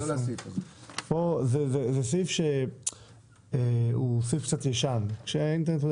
זה סעיף שהוא סעיף קצת ישן כשהאינטרנט עוד